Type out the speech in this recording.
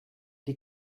die